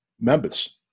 members